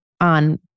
on